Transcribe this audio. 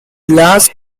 last